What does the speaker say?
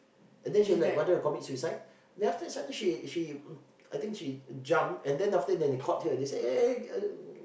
then she was like wanted to commit suicide then after that suddenly she she I think she she jumped then after that they caught her they say eh eh